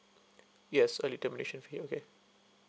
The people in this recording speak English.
yes early termination fee okay